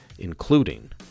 including